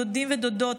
דודים ודודות,